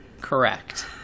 correct